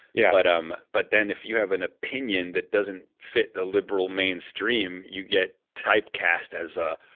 yeah but um but then if you have an opinion that doesn't fit the liberal mainstream, you get typecast as a.